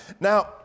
Now